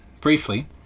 briefly